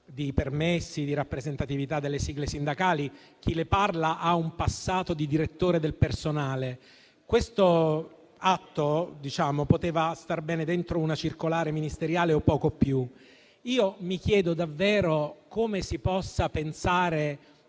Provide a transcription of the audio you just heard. di permessi e di rappresentatività delle sigle sindacali. Ricordo che chi le parla ha un passato di direttore del personale. Questo atto poteva star bene dentro una circolare ministeriale o poco più. Io mi chiedo davvero come si possa pensare